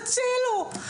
הצילו.